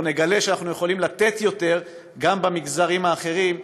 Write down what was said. אנחנו נגלה שאנחנו יכולים לתת יותר גם למגזרים האחרים,